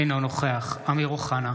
אינו נוכח אמיר אוחנה,